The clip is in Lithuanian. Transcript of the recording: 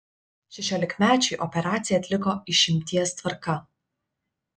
šešiolikmečiui operaciją atliko išimties tvarka